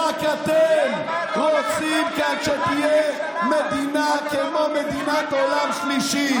רק אתם רוצים כאן שתהיה מדינה כמו מדינת עולם שלישי.